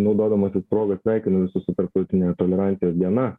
naudodamasis proga sveikinu visus su tarptautine tolerancijos diena